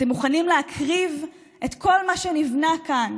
אתם מוכנים להקריב את כל מה שנבנה כאן